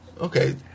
okay